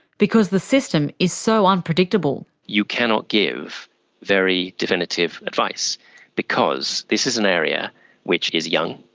because the system is so unpredictable. you cannot give very definitive advice because this is an area which is young,